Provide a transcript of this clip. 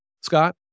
Scott